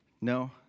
No